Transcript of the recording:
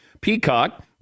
Peacock